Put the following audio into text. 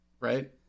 right